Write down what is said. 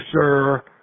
sir